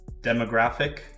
demographic